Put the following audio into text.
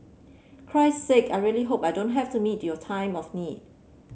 Christ sake I really hope I don't have to meet your time of need